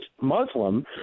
Muslim